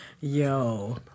Yo